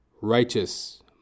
Righteous